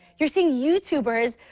you're seeing youtubbers,